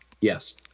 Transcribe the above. Yes